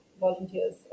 volunteers